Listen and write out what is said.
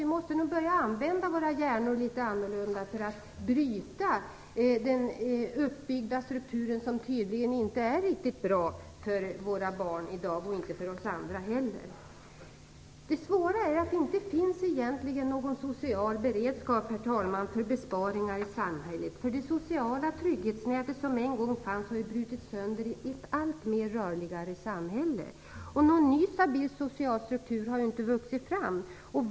Vi måste nog börja använda våra hjärnor litet annorlunda för att bryta den uppbyggda strukturen som tydligen inte är riktigt bra för våra barn i dag, och inte för oss andra heller. Det svåra är att det egentligen inte finns någon social beredskap, herr talman, för besparingar i samhället. Det sociala trygghetsnät som en gång fanns har ju brutits sönder i ett allt rörligare samhälle. Någon ny stabil social struktur har inte vuxit fram.